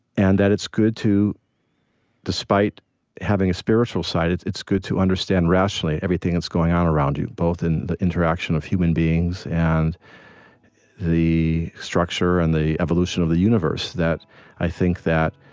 and that it's good to despite having a spiritual side, it's it's good to understand rationally everything that's going on around you, both in the interaction of human beings and the structure and the evolution of the universe. that i think that